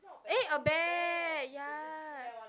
eh a bear ya